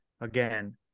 again –